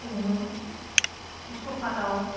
दंमोन बे सखा दाउ